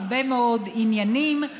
הרבה מאוד עניינים,